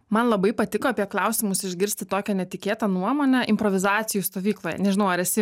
man labai patiko apie klausimus išgirsti tokią netikėtą nuomonę improvizacijų stovykloje nežinau ar esi